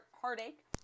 heartache